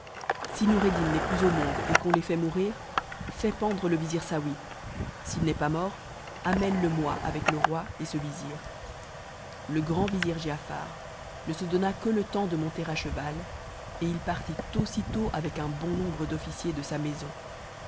si noureddin n'est plus au inonde et qu'on l'ait fait mourir fais pendre le vizir saouy s'il n'est pas mort amène le moi avec le roi et ce vizir le grand vizir giafar ne se donna que le temps de monter à cheval et il partit aussitôt avec un bon nombre d'officiers de sa maison